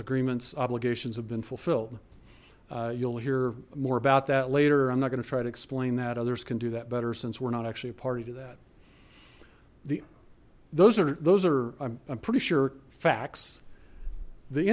agreements obligations have been fulfilled you'll hear more about that later i'm not going to try to explain that others can do that better since we're not actually a party to that the those are those are i'm pretty sure facts the